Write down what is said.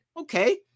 Okay